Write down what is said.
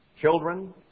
Children